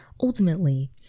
ultimately